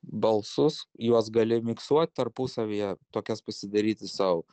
balsus juos gali miksuot tarpusavyje tokias pasidaryti sau